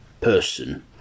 person